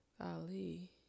Ali